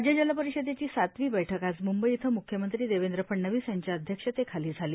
राज्य जल परिषदेची सातवी बैठक आज म्ंबई इथं म्ख्यमंत्री देवेंद्र फडणवीस यांच्या अध्यक्षतेखाली झाली